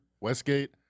Westgate